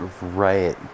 right